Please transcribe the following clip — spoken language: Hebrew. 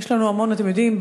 אתם יודעים,